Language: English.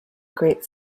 great